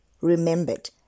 remembered